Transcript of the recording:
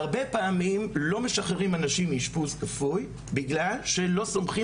הרבה פעמים לא משחררים אנשים מאישפוז כפוי בגלל שלא סומכים